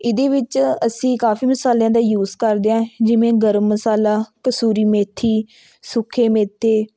ਇਹਦੇ ਵਿੱਚ ਅਸੀਂ ਕਾਫੀ ਮਸਾਲਿਆਂ ਦਾ ਯੂਜ਼ ਕਰਦੇ ਹਾਂ ਜਿਵੇਂ ਗਰਮ ਮਸਾਲਾ ਕਸੂਰੀ ਮੇਥੀ ਸੁੱਖੇ ਮੇਥੇ